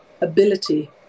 ability